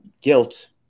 guilt